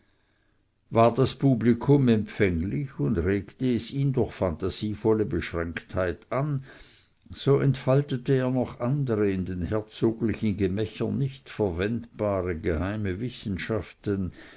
war das publikum empfänglich und regte es ihn durch phantasievolle beschränktheit an so entfaltete er noch andere in den herzoglichen gemächern nicht verwendbare geheime wissenschaften